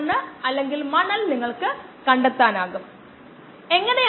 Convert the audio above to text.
ഇൻപുട്ടിന്റെ നിരക്ക് സെക്കൻഡിൽ 20 കിലോഗ്രാം ആണ്